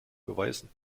beweisen